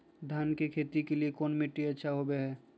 धान की खेती के लिए कौन मिट्टी अच्छा होबो है?